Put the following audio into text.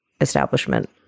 establishment